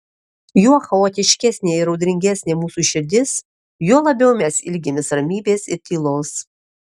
juo chaotiškesnė ir audringesnė mūsų širdis juo labiau mes ilgimės ramybės ir tylos